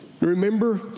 Remember